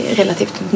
relativt